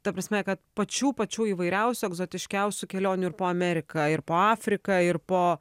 ta prasme kad pačių pačių įvairiausių egzotiškiausių kelionių ir po ameriką ir po afriką ir po